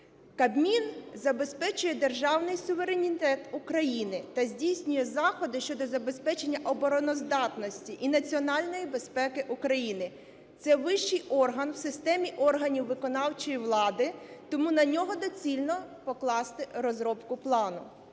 Кабмін забезпечує державний суверенітет України та здійснює заходи щодо забезпечення обороноздатності і національної безпеки України, це вищій орган в системі органів виконавчої влади, тому на нього доцільно покласти розробку плану.